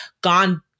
gone